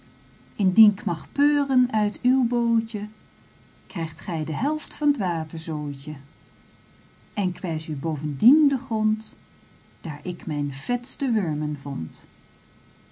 k mag peuren uit uw bootje krijgt gij de helft van t waterzootje en k wijs u bovendien den grond daar ik mijn vetste wurmen vond